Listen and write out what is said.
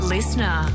Listener